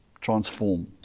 transform